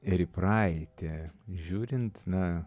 ir į praeitį žiūrint na